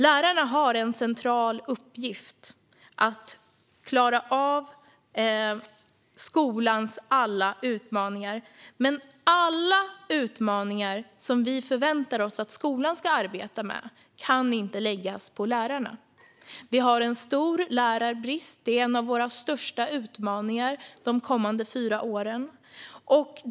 Lärarna har en central uppgift att klara av skolans alla utmaningar, men alla utmaningar som vi förväntar oss att skolan ska arbeta med kan inte läggas på lärarna. Vi har en stor lärarbrist; det är en av våra största utmaningar de kommande fyra åren.